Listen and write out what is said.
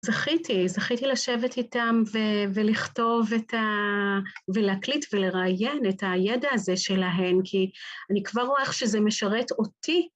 זכיתי, זכיתי לשבת איתם ולכתוב את ה... ולהקליט ולראיין את הידע הזה שלהם, כי אני כבר רואה איך שזה משרת אותי.